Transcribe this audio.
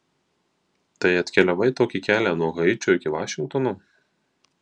tai atkeliavai tokį kelią nuo haičio iki vašingtono